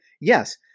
yes